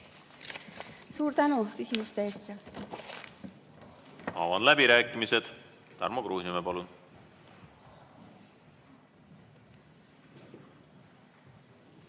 Suur tänu küsimuste eest! Avan läbirääkimised. Tarmo Kruusimäe, palun!